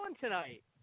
tonight